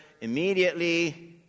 immediately